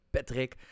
Patrick